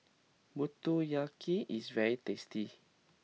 Motoyaki is very tasty